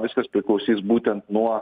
viskas priklausys būtent nuo